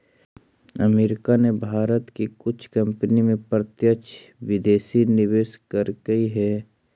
America ने भारत की कुछ कंपनी में प्रत्यक्ष विदेशी निवेश करकई हे